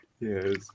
yes